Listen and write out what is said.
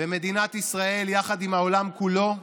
במדינת ישראל יחד עם העולם כולו,